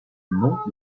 note